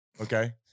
Okay